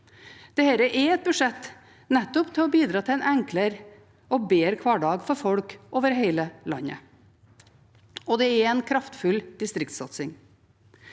Dette er et budsjett nettopp for å bidra til en enklere og bedre hverdag for folk over hele landet, og det er en kraftfull distriktssatsing.